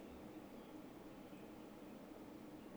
I mean you confirm go with friends ah no meh